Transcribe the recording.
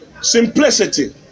Simplicity